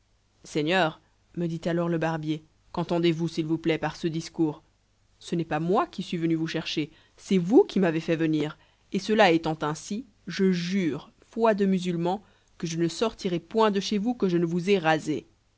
seigneur me dit alors le barbier qu'entendez-vous s'il vous plaît par ce discours ce n'est pas moi qui suis venu vous chercher c'est vous qui m'avez fait venir et cela étant ainsi je jure foi de musulman que je ne sortirai point de chez vous que je ne vous aie rasé